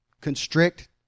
constrict